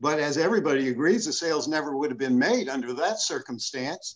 but as everybody agrees a sales never would have been made under that circumstance